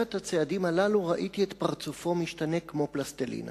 ובעשרת הצעדים הללו ראיתי את פרצופו משתנה כמו פלסטלינה,